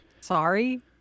Sorry